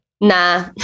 Nah